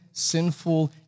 sinful